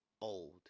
old